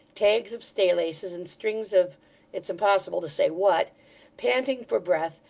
tags of staylaces, and strings of it's impossible to say what panting for breath,